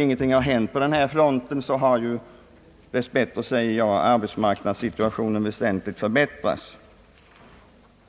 Dess bättre har nu arbetsmarknadssituationen väsentligt förbättrats